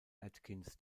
atkins